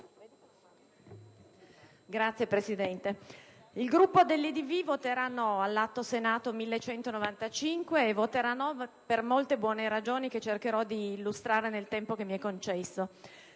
Signor Presidente, il Gruppo dell'IdV voterà no all'Atto Senato n. 1195, per molte buone ragioni che cercherò di illustrare nel tempo che mi è concesso.